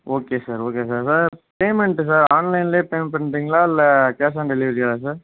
okay sir okay sir sir payment sir ஆன்லைன்லே payment பண்ணுறீங்களா இல்லை கேஷ் ஆன் டெலிவரியா சார்